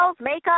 makeup